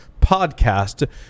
podcast